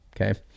okay